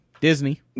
Disney